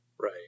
Right